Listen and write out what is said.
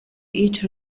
each